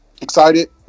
excited